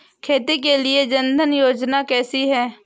खेती के लिए जन धन योजना कैसी है?